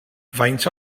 faint